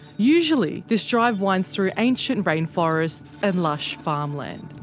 usually this drive winds through ancient rainforests and lush farmland.